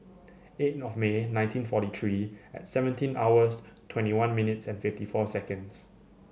eight of May nineteen forty three at seventeen hours twenty one minutes and fifty four seconds